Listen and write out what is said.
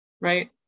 right